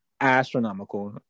astronomical